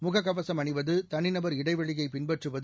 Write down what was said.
முக கவசம் அணிவது தனிநபா் இடைவெளியை பின்பற்றுவது